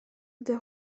des